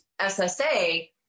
SSA